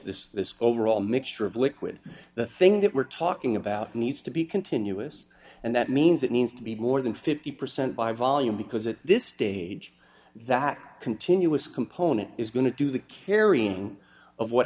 this this overall mixture of liquid the thing that we're talking about needs to be continuous and that means it needs to be more than fifty percent by volume because at this stage that continuous component is going to do the carrying of what